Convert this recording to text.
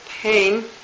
pain